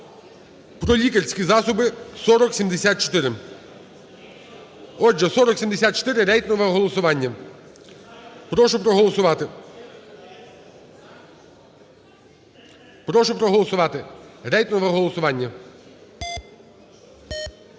"Про лікарські засоби" (4074). Отже, 4074, рейтингове голосування. Прошу проголосувати. Прошу проголосувати. Рейтингове голосування.